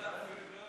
אמת.